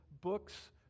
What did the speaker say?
books